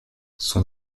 son